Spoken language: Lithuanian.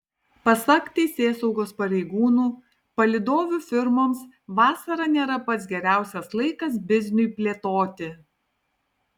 pasak teisėsaugos pareigūnų palydovių firmoms vasara nėra pats geriausias laikas bizniui plėtoti